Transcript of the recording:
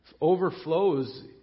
overflows